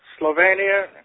Slovenia